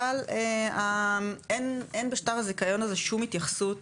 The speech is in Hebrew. אבל אין בשטח הזיכיון הזה שום התייחסות